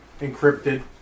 encrypted